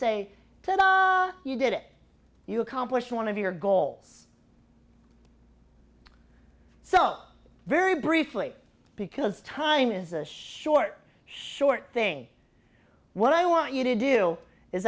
them you did it you accomplish one of your goals so very briefly because time is short short thing what i want you to do is